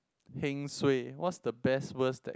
heng suay what's the best worst that